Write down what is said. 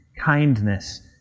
kindness